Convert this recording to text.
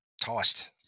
tossed